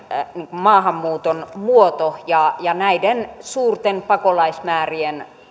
maahanmuuton muoto ja ja näiden suurten pakolaismäärien